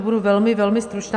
Budu velmi, velmi stručná.